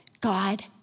God